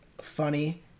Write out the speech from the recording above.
funny